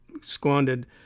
squandered